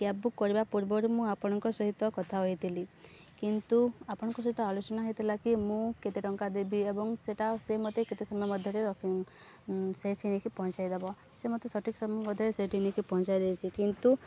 cab book କରିବା ପୂର୍ବରୁ ମୁଁ ଆପଣଙ୍କ ସହିତ କଥା ହୋଇଥିଲି କିନ୍ତୁ ଆପଣଙ୍କ ସହିତ ଆଲୋଚନା ହେଇଥିଲା କି ମୁଁ କେତେ ଟଙ୍କା ଦେବି ଏବଂ ସେଇଟା ସେ ମୋତେ କେତେ ସମୟ ମଧ୍ୟରେ ରଖ ସେଇଠି ନେଇକି ପହଞ୍ଚାଇଦବ ସେ ମୋତେ ସଠିକ୍ ସମୟ ମଧ୍ୟରେ ସେଇଠି ନେଇକି ପହଞ୍ଚାଇ ଦେଇଛିି କିନ୍ତୁ